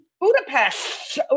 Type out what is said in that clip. Budapest